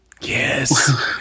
yes